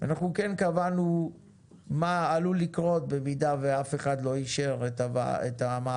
אנחנו כן קבענו מה עלול לקרות במידה שאף אחד לא אישר את המעבדות